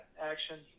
Action